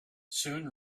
soon